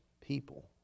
people